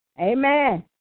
amen